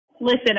listen